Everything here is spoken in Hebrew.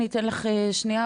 אני אתן לך עוד שנייה,